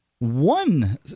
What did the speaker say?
One